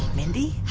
mindy?